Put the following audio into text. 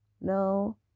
no